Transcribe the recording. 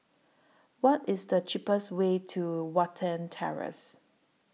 What IS The cheapest Way to Watten Terrace